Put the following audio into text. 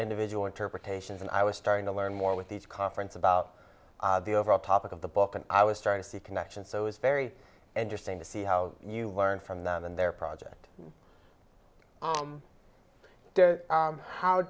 individual interpretations and i was starting to learn more with each conference about the overall topic of the book and i was starting to see connections so it's very interesting to see how you learn from them in their project